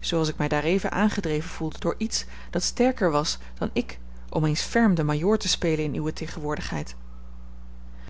zooals ik mij daareven aangedreven voelde door iets dat sterker was dan ik om eens ferm den majoor frans te spelen in uwe tegenwoordigheid